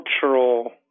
cultural